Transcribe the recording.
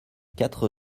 quatre